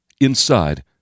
Inside